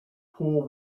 poor